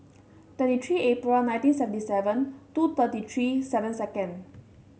twenty three April nineteen seventy seven two thirty three seven second